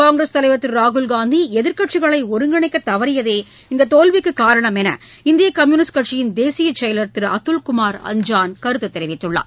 காங்கிரஸ் தலைவர் திரு ராகுல்காந்தி எதிர்க்கட்சிகளை ஒருங்கிணைக்கத் தவறியதே இந்த தோல்விக்குக் காரணம் என்று இந்திய கம்யுனிஸ்ட் கட்சியின் தேசிய செயலர் திரு அதுல்குமார் அஞ்சான் கருத்து தெரிவித்துள்ளார்